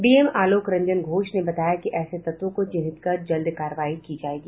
DM Alok Ranjan Ghosh ने कहा है कि ऐसे तत्वों को चिन्हित कर जल्द कार्रवाई की जायेगी